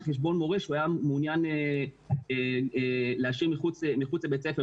חשבון מורה שהוא היה מעוניין להשאיר מחוץ לבית הספר.